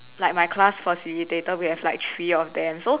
like my class facilitator we have like three of them so